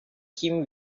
him